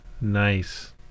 nice